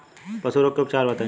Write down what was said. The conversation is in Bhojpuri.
पशु रोग के उपचार बताई?